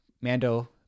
Mando